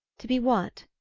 to be what?